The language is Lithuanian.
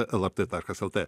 lrt taškas lt